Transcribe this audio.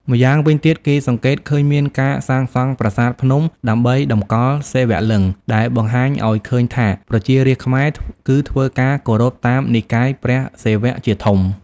ម្យ៉ាងវិញទៀតគេសង្កេត ឃើញមានការសាងសង់ប្រាសាទភ្នំដើម្បីដំកល់សីវលឹង្គ ដែលបង្ហាញអោយឃើញថា ប្រជារាស្រ្តខ្មែរគឺធ្វើការ គោរពតាមនិកាយព្រះសិវៈជាធំ។